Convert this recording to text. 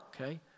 okay